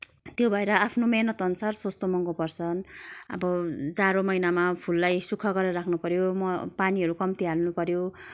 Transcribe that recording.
त्यो भएर आफ्नो मिहिनेत अनुसार सस्तो महँगो पर्छन् अब जाडो महिनामा फुललाई सुक्खा गरेर राख्नुपर्यो पानीहरू कम्ती हाल्नुपर्यो